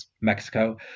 Mexico